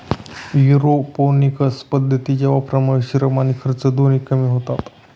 aeroponics पद्धतीच्या वापरामुळे श्रम आणि खर्च दोन्ही कमी होतात